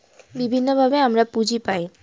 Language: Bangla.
বিভিন্নভাবে আমরা পুঁজি পায়